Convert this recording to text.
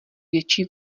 větší